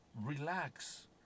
Relax